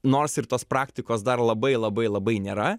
nors ir tos praktikos dar labai labai labai nėra